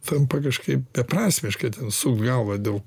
tampa kažkaip beprasmiška sukt galvą dėl